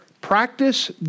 Practice